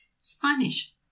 Spanish